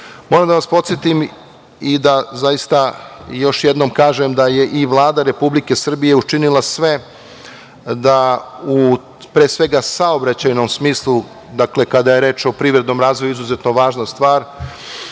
da vas podsetim i još jednom kažem da je i Vlada Republike Srbije učinila sve da, pre svega, u saobraćajnom smislu, dakle, kada je reč o privrednom razvoju izuzetno važna stvar,